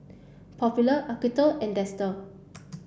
Popular Acuto and Dester